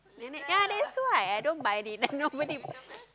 ya that's why I don't buy it nobody